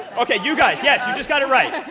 ok. you guys. yes, you just got it right.